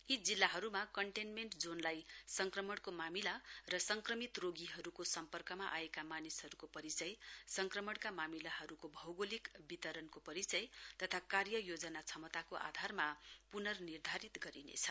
यी जिल्लाहरूमा कन्टेनमेन्ट जोनलाई संक्रमणको मामिला र संक्रमित रोगीहरूको सम्पर्कमा आएका मानिसहरूलाई परिचय संक्रमणका मामिलाहरूको भौगोलिक वितरणको परिचय तथा कार्य योजना क्षमताक आधारमा पुर्ननिर्धारित गरिनेछ